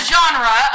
genre